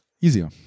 easier